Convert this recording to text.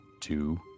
two